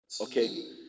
okay